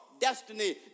destiny